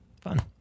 fun